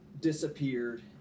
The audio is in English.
disappeared